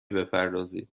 بپردازید